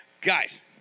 Guys